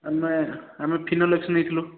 ଆମେ ଆମେ ଫିନୋଲେକ୍ସ୍ ନେଇଥିଲୁ